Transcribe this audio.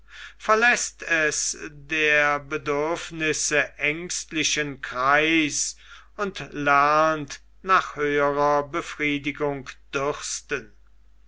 verläßt es der bedürfnisse ängstlichen kreis und lernt nach höherer befriedigung